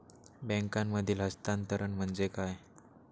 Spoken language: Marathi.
बँकांमधील हस्तांतरण म्हणजे काय?